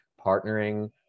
partnering